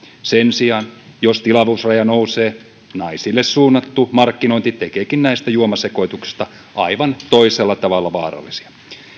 sen sijaan jos tilavuusraja nousee naisille suunnattu markkinointi tekeekin näistä juomasekoituksista aivan toisella tavalla vaarallisia